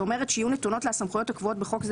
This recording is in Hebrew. שאומרת שיהיו נתונות לה הסמכויות הקבועות בחוק זה